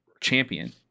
champion